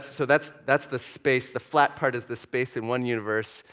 so that's that's the space. the flat part is the space in one universe,